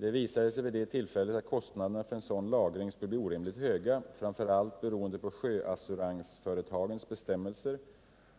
Det visade sig vid det tillfället att kostnaderna för en sådan lagring skulle bli orimligt höga, framför allt beroende på sjöassuransföretagens bestämmelser